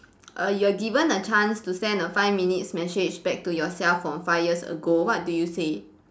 err you are given a chance to send a five minutes message back to yourself from five years ago what do you say